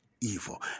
evil